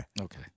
Okay